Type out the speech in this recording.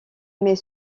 mais